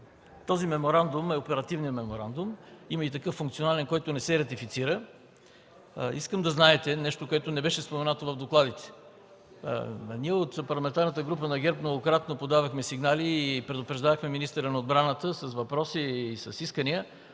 Този меморандум е оперативният меморандум, има и такъв функционален, който не се ратифицира. Искам да знаете нещо, което не беше споменато в докладите. Ние от Парламентарната група на ГЕРБ многократно подавахме сигнали и предупреждавахме министъра на отбраната с въпроси и с искания